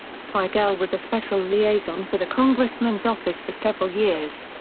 figiel was a special liaison for the congressman's office for several years.